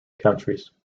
countries